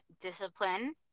discipline